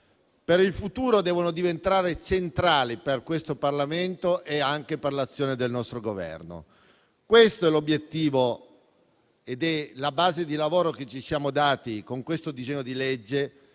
in futuro devono diventare centrali per questo Parlamento e anche per l'azione del nostro Governo. Questo obiettivo è la base di lavoro che ci siamo dati con il disegno di legge